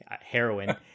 heroin